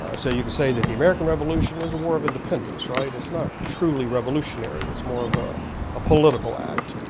ah so you could say that the american revolution is a war of independence, right? it's not truly revolutionary it's more of ah a political act.